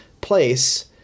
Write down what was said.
place